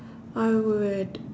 I would